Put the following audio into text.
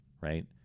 Right